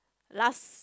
last